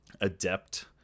adept